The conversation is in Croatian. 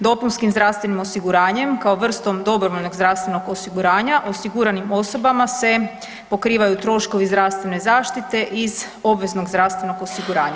Dopunskim zdravstvenim osiguranjem kao vrstom dobrovoljnog zdravstvenog osiguranja osiguranim osobama se pokrivaju troškovi zdravstvene zaštite iz obveznog zdravstvenog osiguranja.